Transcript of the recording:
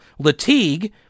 Latigue